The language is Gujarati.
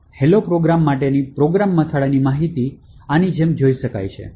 તેથી hello પ્રોગ્રામ માટેની પ્રોગ્રામ મથાળાની માહિતી આની જેમ જોઈ શકાય છે